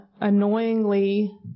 annoyingly